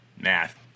Math